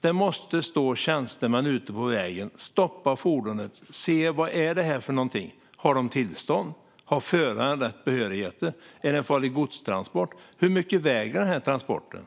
Det måste stå tjänstemän ute på vägen som stoppar fordonet och som ser vad det är för något. Har de tillstånd? Har föraren rätt behörigheter? Är det en farligt gods-transport? Hur mycket väger transporten?